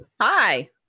Hi